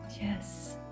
yes